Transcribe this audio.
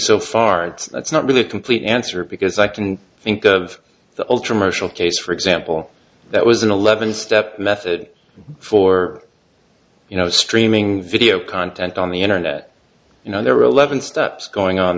so far and that's not really a complete answer because i can think of the ultra marshall case for example that was an eleven step method for you know streaming video content on the internet you know there are eleven steps going on